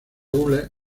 gules